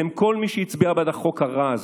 כל מי שהצביע בעד החוק הרע הזה,